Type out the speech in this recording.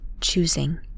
choosing